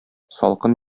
салкын